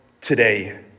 today